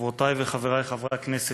חברותי וחברי חברי הכנסת,